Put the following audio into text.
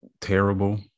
terrible